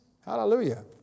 Hallelujah